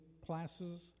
classes